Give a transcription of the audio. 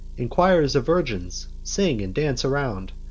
and choirs of virgins, sing and dance around.